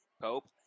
Pope